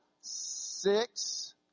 six